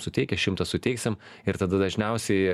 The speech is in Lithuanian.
suteikę šimtą suteiksim ir tada dažniausiai